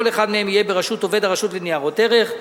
כל אחד מהם יהיה בראשות עובד הרשות לניירות ערך.